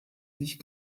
sich